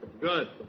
Good